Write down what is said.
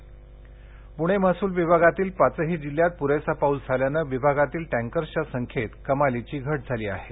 tanker Pune महसूल विभागातील पाचही जिल्ह्यात पुरेसा पाऊस झाल्यानं विभागातील टँकरच्या संख्येत कमालीची घट झाली आहे